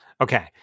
Okay